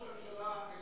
כלומר,